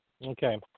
Okay